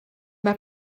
m’a